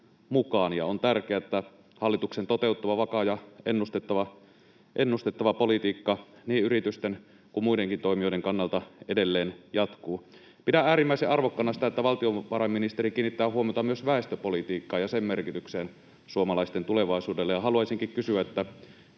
on tärkeää, että hallituksen toteuttava, vakaa ja ennustettava politiikka niin yritysten kuin muidenkin toimijoiden kannalta edelleen jatkuu. Pidän äärimmäisen arvokkaana sitä, että valtiovarainministeri kiinnittää huomiota myös väestöpolitiikkaan ja sen merkitykseen suomalaisten tulevaisuudelle.